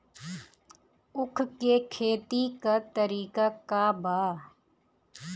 उख के खेती का तरीका का बा?